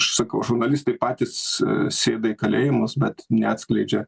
aš sakau žurnalistai patys sėda į kalėjimus bet neatskleidžia